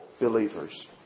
believers